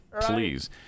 please